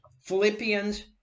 Philippians